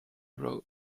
road